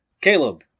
Caleb